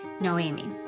Noemi